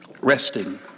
Resting